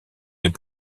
les